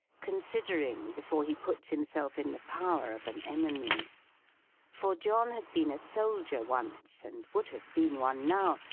considering before he puts himself in the power of an enemy for john had been a soldier once, and would have been one now,